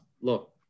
look